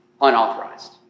unauthorized